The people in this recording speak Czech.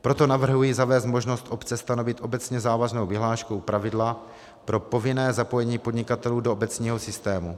Proto navrhuji zavést možnost obce stanovit obecně závaznou vyhláškou pravidla pro povinné zapojení podnikatelů do obecního systému.